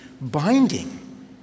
binding